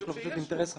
יש, יש פשוט אינטרס הפוך.